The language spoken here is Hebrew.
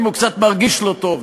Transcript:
אם הוא קצת מרגיש לא טוב,